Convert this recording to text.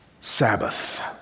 Sabbath